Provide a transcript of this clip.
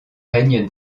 règne